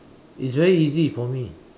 it's very easy for me